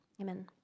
Amen